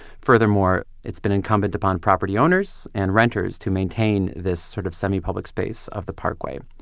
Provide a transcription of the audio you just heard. furthermore, it's been incumbent upon property owners and renters to maintain this sort of semi-public space of the parkway.